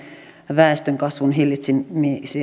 väestönkasvun hillitsemiseen